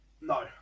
no